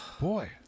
Boy